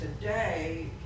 today